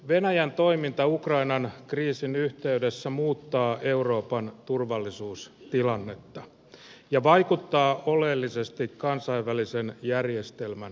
venäjän toiminta ukrainan kriisin yhteydessä muuttaa euroopan turvallisuustilannetta ja vaikuttaa oleellisesti kansainvälisen järjestelmän toimintaan